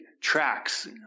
tracks